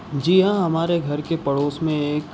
جی ہاں ہمارے گھر کے پڑوس میں ایک